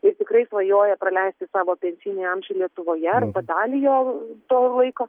ir tikrai svajoja praleisti savo pensijinį amžių lietuvoje arba dalį jo to laiko